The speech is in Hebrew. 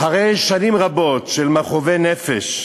אחרי שנים רבות של מכאובי נפש,